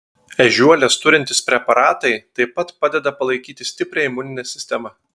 ežiuolės turintys preparatai taip pat padeda palaikyti stiprią imuninę sistemą